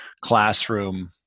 classroom